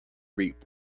reap